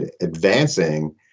advancing